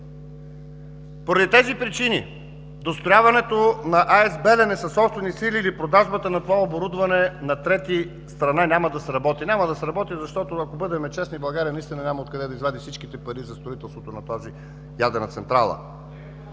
Поради тези причини дострояването на АЕЦ „Белене“ със собствени сили или продажбата на това оборудване на трета страна няма да сработи. Няма да сработи, защото, ако бъдем честни, България наистина няма откъде да извади всичките пари за строителството на тази ядрена централа.